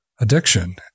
addiction